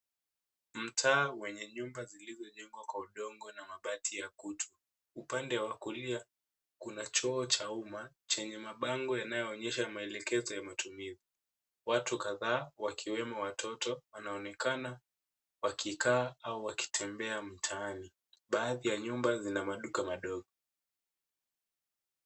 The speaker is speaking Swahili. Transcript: Mtaa wenye nyumba zilizojengwa kwa udongo na mabati ya kutu. Upande wa kulia, kuna choo cha umma chenye mabango yanayoonyesha maelekezo ya matumizi. Watu kadhaa wakiwemo watoto, wanaonekana wakikaa au wakitembea mtaani. Baadhi ya nyumba zina maduka madogo.